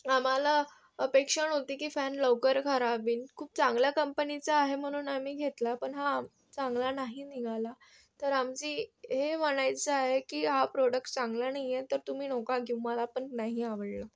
आम्हाला अपेक्षा नव्हती की फॅन लवकर खराब होईन खूप चांगल्या कंपनीचा आहे म्हणून आम्ही घेतला पण हा चांगला नाही निघाला तर आमची हे म्हणायचं आहे की हा प्रोडक्ट चांगला नाही आहे तर तुम्ही नका घेऊ मला पण नाही आवडलं